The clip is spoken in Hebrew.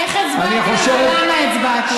איך הצבעתי ולמה הצבעתי.